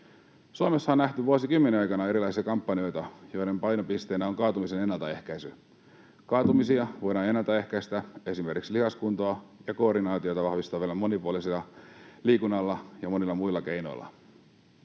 Suomessa on nähty vuosikymmenen aikana erilaisia kampanjoita, joiden painopisteenä on kaatumisen ennaltaehkäisy. Kaatumisia voidaan ennaltaehkäistä esimerkiksi lihaskuntoa ja koordinaatiota vahvistavalla monipuolisella liikunnalla ja monilla muilla keinoilla.